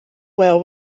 well